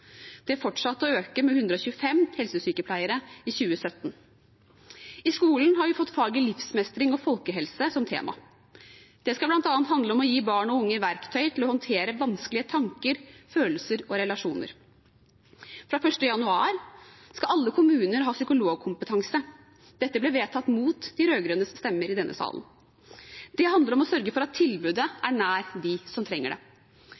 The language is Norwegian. Det fortsatte å øke med 125 helsesykepleiere i 2017. I skolen har vi fått faget livsmestring og folkehelse som tema. Det skal bl.a. handle om å gi barn og unge verktøy til å håndtere vanskelige tanker, følelser og relasjoner. Fra 1. januar skal alle kommuner ha psykologkompetanse. Dette ble vedtatt mot de rød-grønnes stemmer i denne salen. Det handler om å sørge for at tilbudet er nær dem som trenger det.